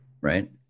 right